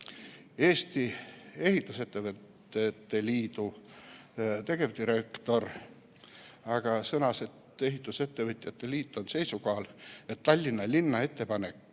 Eesti Ehitusettevõtjate Liidu tegevdirektor aga sõnas, et ehitusettevõtjate liit on seisukohal, et Tallinna linna ettepanek